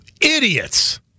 Idiots